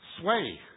sway